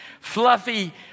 fluffy